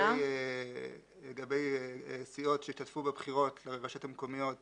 נצביע לגבי סיעות שהשתתפו בבחירות ברשויות המקומיות באקה,